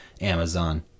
Amazon